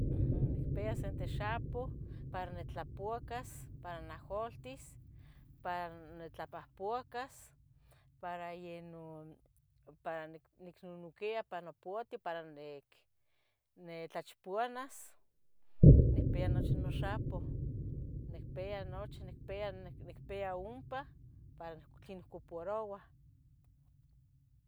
Nicpiya sente xapoh para nitlapocas para naholtis, para nitlopohpacas para yenon nicpia para noponti para nitlacponas nicpiya nochi nocxapo, nicpia nochi, nicpia ompa tlen nocuparouah.